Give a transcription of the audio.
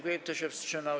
Kto się wstrzymał?